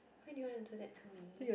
why do you want to do that to me